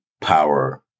power